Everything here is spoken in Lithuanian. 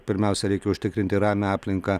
pirmiausia reikia užtikrinti ramią aplinką